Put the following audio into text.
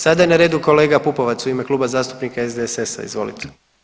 Sada je na redu kolega Pupovac u ime Kluba zastupnika SDSS-a, izvolite.